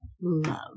love